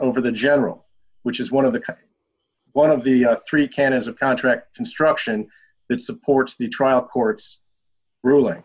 over the general which is one of the one of the three can is a contract instruction that supports the trial court's ruling